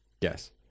Yes